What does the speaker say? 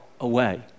away